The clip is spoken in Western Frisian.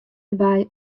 derby